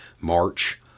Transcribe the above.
march